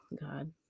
God